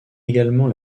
également